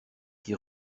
qui